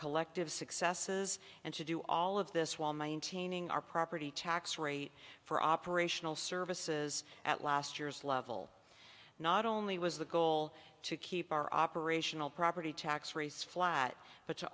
collective successes and to do all of this while maintaining our property tax rate for operational services at last year's level not only was the goal to keep our operational property tax rates flat but